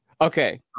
Okay